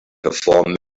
perform